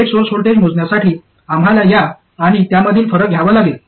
gate source voltage मोजण्यासाठी आम्हाला या आणि त्यामधील फरक घ्यावा लागेल